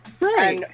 Right